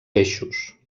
peixos